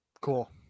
Cool